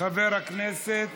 חבר הכנסת